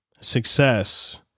success